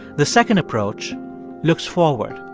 the second approach looks forward.